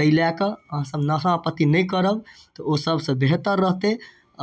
तै लए कऽ अहाँ सब नशापाती नहि करब तऽ ओ सबसँ बेहतर रहतै